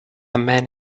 man